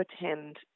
attend